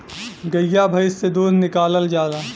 गइया भईस से दूध निकालल जाला